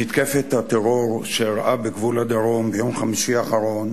מתקפת הטרור שאירעה בגבול הדרום ביום חמישי האחרון